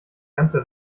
ganze